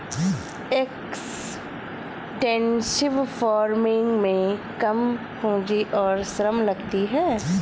extensive farming में कम पूंजी और श्रम लगती है